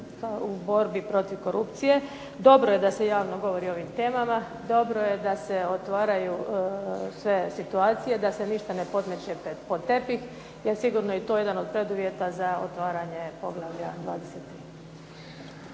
u borbi protiv korupcije dobro je da se javno govori o ovim temama, dobro je da se otvaraju sve situacije, da se ništa ne podmeće pod tepih. Jer sigurno je i to jedan od preduvjeta za otvaranje Poglavlja 23.